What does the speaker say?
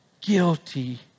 guilty